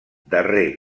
darrer